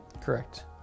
Correct